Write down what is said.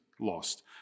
lost